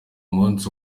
munsi